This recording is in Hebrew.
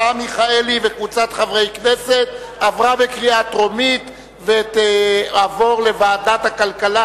התש"ע-2009, לדיון מוקדם בוועדת הכלכלה